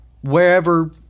wherever –